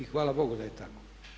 I hvala Bogu da je tako.